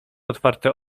otwarte